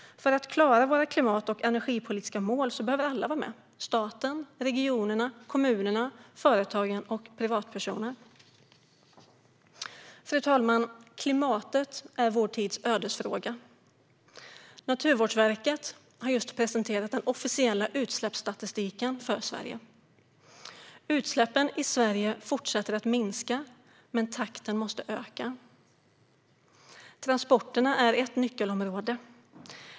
För att klara våra klimat och energipolitiska mål behöver alla vara med: staten, regionerna, kommunerna, företagen och privatpersoner. Fru talman! Klimatet är vår tids ödesfråga. Naturvårdsverket har just presenterat den officiella utsläppsstatistiken för Sverige. Utsläppen i Sverige fortsätter att minska. Men takten måste öka. Transporterna är ett nyckelområde.